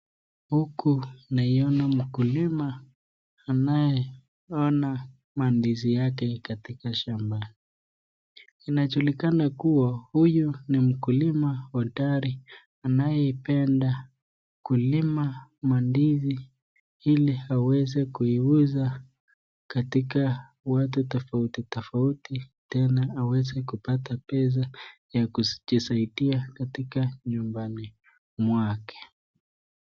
Huku naona Mkulima anaye ona mandizi yake katika Shamba. Inajulikana kua huyu ni Mkulima hodari anayependa kulima mandizi ili aweze kuiuza katika watu tofauti tofauti tena aweze kupata ya kujisaidia katika nyumbani mwake.